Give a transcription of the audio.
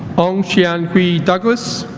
ong xian hui douglas